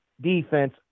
defense